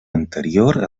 anterior